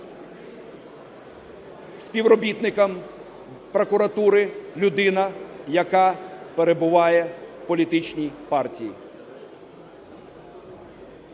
співробітником прокуратури людина, яка перебуває в політичній партії.